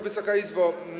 Wysoka Izbo!